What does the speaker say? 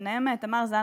ובהם תמר זנדברג,